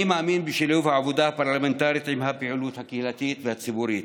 אני מאמין בשילוב העבודה הפרלמנטרית עם הפעילות הקהילתית והציבורית,